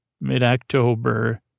mid-October